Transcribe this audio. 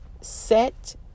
Set